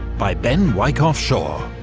by ben wyckoff shore.